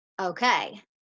okay